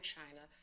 China